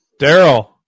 Daryl